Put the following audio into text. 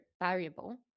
variable